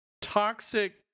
toxic